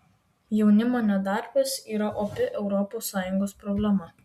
jaunimo nedarbas yra opi europos sąjungos problema